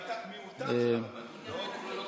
התכוונתי למיעוטם של הרבנים, לא לכולם.